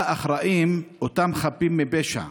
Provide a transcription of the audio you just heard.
שלה אחראים אותם חפים מפשע.